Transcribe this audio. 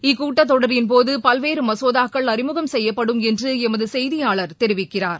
இக்கூட்டத்தொடரின் போது பல்வேறு மசோதாக்கள் அழிமுகம் செய்யப்படும் என்று எமது செய்தியாளர் தெரிவிக்கிறார்